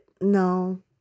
No